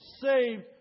saved